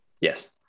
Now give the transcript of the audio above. Yes